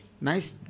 Nice